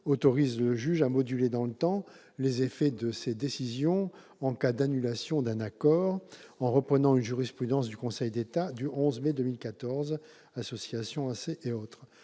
autorise le juge à moduler dans le temps les effets de sa décision en cas d'annulation d'un accord, en reprenant une jurisprudence du Conseil d'État du 11 mai 2004,. Tous ces articles